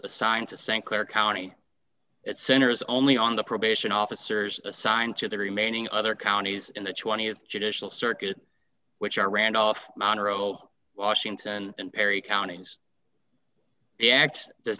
assigned to st clair county it centers only on the probation officers assigned to the remaining other counties in the th judicial circuit which are randolph monro washington and perry counties the act does